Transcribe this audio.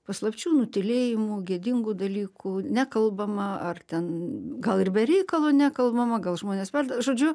paslapčių nutylėjimų gėdingų dalykų nekalbama ar ten gal ir be reikalo nekalbama gal žmonės žodžiu